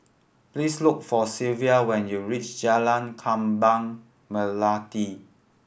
please look for Sylvia when you reach Jalan Kembang Melati